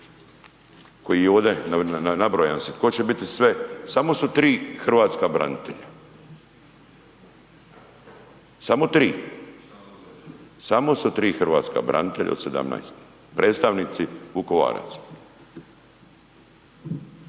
koji je ovde nabrojan tko će biti sve samo su 3 hrvatska branitelja, samo 3, samo su 3 hrvatska branitelja od 17 predstavnici Vukovaraca.